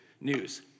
news